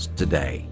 today